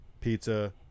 Pizza